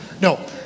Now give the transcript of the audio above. No